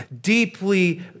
Deeply